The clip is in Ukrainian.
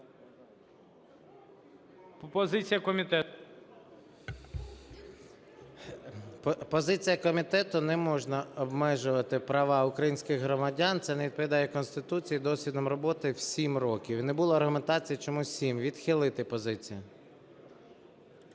Позиція комітету: не можна обмежувати права українських громадян, це не відповідає Конституції, досвідом роботи в 7 років. І не було аргументації, чому 7. Відхилити – позиція.